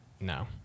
no